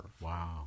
Wow